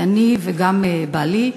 אני וגם בעלי,